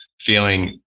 feeling